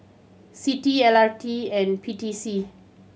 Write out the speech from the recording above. CITI L R T and P T C